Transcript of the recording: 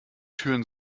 türen